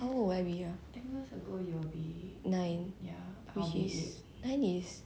how old would I be ah nine which is nine is